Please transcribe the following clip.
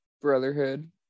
Brotherhood